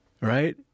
Right